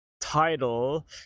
title